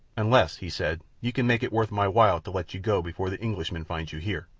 unless, he said, you can make it worth my while to let you go before the englishman finds you here.